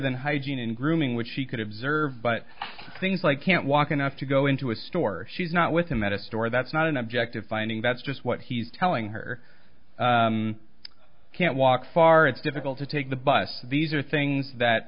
than hygiene and grooming which she could observe but things like can't walk enough to go into a store she's not with him at a store that's not an objective finding that's just what he's telling her can't walk far it's difficult to take the bus these are things that